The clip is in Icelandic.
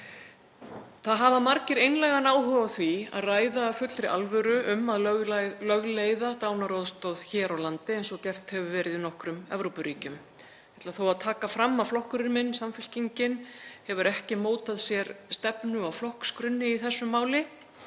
Það hafa margir einlægan áhuga á því að ræða af fullri alvöru um að lögleiða dánaraðstoð hér á landi eins og gert hefur verið í nokkrum Evrópuríkjum. Ég ætla þó að taka fram að flokkurinn minn, Samfylkingin, hefur ekki mótað sér stefnu á flokksgrunni í þessu máli,